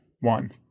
one